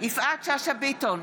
יפעת שאשא ביטון,